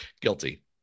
Guilty